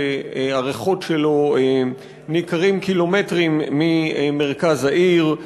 שהריחות שלו ניכרים קילומטרים ממרכז העיר.